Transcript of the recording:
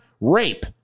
rape